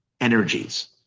energies